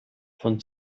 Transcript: von